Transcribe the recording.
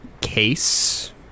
case